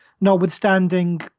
notwithstanding